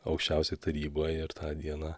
aukščiausioj taryboj ir tą dieną